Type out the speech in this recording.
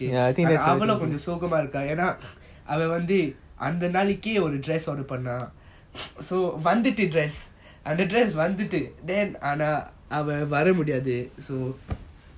அவளும் கொஞ்சம் சோகமா இருக்க என்ன அவ வந்து அந்த நாழிகை ஒரு:avalum konjam sogama iruka enna ava vanthu antha naaliki oru dress order பண்ண:panna so வந்துட்டு:vanthutu dress அந்த:antha dress வந்துது:vanthuthu then ஆனா அவ வர முடியாது:aana ava vara mudiyathu so